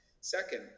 Second